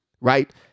right